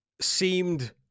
seemed